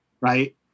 right